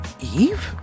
Eve